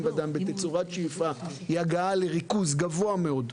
בצורת שאיפה מביאה להגעה לריכוז גבוה מאוד,